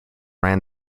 ran